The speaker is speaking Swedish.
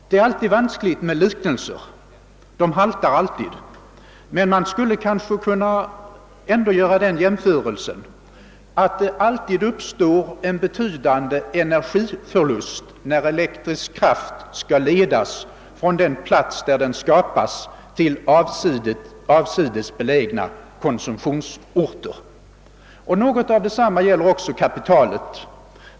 Det är vanskligt med liknelser — de haltar alltid — men man skulle kanske kunna göra den jämförelsen, att det alltid uppstår en betydande energiförlust när elektrisk kraft skall ledas från den plats där den skapas till avsides belägna konsumtionsorter. Något av detsamma gäller kapitalet.